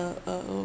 uh uh oh